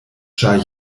ĉar